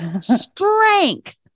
strength